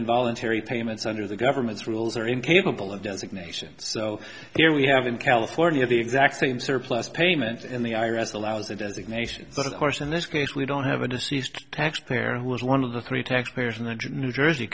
involuntary payments under the government's rules are incapable of designations so here we have in california the exact same surplus payment in the i r s allows the designation but of course in this case we don't have a deceased taxpayer who was one of the three taxpayers in hundred new jersey